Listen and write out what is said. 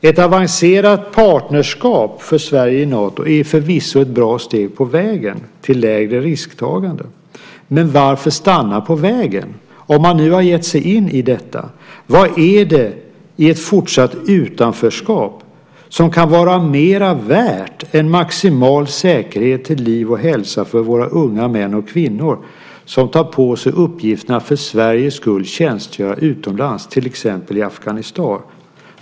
Ett avancerat partnerskap för Sverige i Nato är förvisso ett bra steg på vägen till lägre risktagande, men varför stanna på halva vägen om man nu gett sig in i detta? Vad är det i ett fortsatt utanförskap som kan vara mera värt än maximal säkerhet för liv och hälsa hos de unga män och kvinnor som tar på sig uppgiften att för Sveriges skull tjänstgöra utomlands, till exempel i Afghanistan?